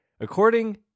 According